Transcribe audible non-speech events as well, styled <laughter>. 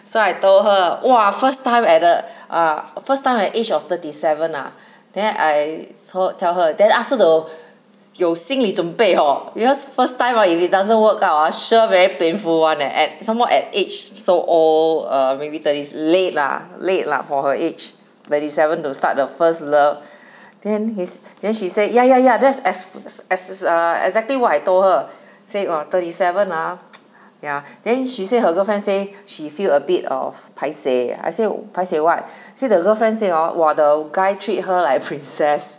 so I told her !wah! first time at a <breath> ah first time at age of thirty seven ah <breath> then I so~ tell her then ask her <breath> to 有心理准备 hor because first time ah if it doesn't work out ah sure very painful [one] eh at some more at age so old err maybe thirty late lah late lah for her age thirty seven to start the first love <breath> then his then she say yeah yeah yeah that's as as err uh exactly what I told her say <breath> orh thirty seven ah <noise> ya <breath> then she say her girlfriend say <breath> she feel a bit err paiseh I say paiseh what <breath> say the girlfriend say orh !wah! the guy treat her like princess